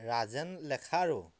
Rajen লেখাৰু